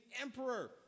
emperor